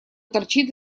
торчит